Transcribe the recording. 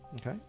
Okay